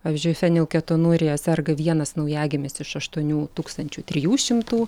pavyzdžiui fenilketonurija serga vienas naujagimis iš aštuonių tūkstančių trijų šimtų